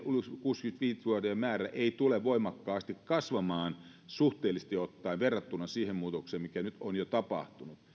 kuusikymmentäviisi vuotiaiden määrä ei tule voimakkaasti kasvamaan suhteellisesti ottaen verrattuna siihen muutokseen mikä nyt on jo tapahtunut